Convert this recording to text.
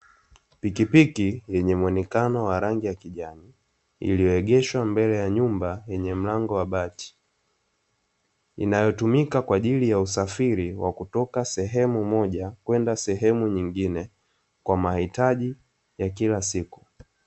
Pikipiki yenye muonekano wa rangi ya kijani iliyoegeshwa mbele ya nyumba yenye mlango wa bati inayotumika kwa ajili ya usafiri wa kutoka sehemu moja kwenda sehemu nyingine kwa mahitaji ya kila siku.